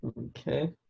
Okay